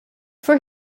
for